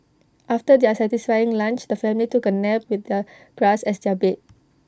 after their satisfying lunch the family took A nap with the grass as their bed